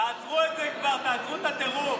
אופיר, תעצרו את זה כבר, תעצרו את הטירוף.